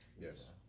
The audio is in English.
Yes